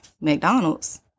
McDonald's